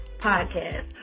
podcast